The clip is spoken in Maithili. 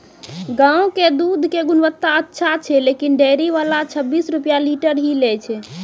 गांव के दूध के गुणवत्ता अच्छा छै लेकिन डेयरी वाला छब्बीस रुपिया लीटर ही लेय छै?